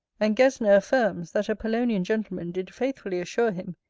and gesner affirms, that a polonian gentleman did faithfully assure him,